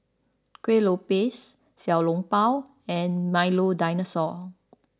Kuih Lopes Xiao Long Bao and Milo Dinosaur